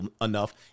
enough